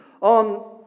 on